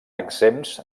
exempts